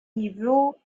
niveau